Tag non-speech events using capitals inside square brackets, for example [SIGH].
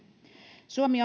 suomi [UNINTELLIGIBLE]